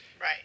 Right